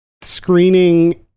screening